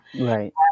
right